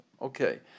okay